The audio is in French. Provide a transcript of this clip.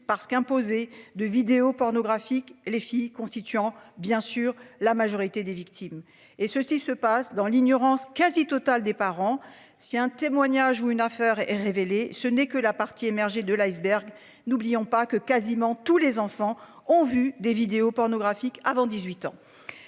parce qu'imposer de vidéos pornographiques. Les filles constituant bien sûr la majorité des victimes et ceci se passe dans l'ignorance quasi totale des parents si un témoignage ou une affaire est révélée ce n'est que la partie émergée de l'iceberg. N'oublions pas que quasiment tous les enfants ont vu des vidéos pornographiques avant 18 ans.